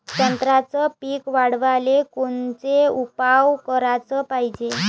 संत्र्याचं पीक वाढवाले कोनचे उपाव कराच पायजे?